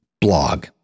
blog